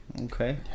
okay